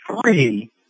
three